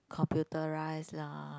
computerize lah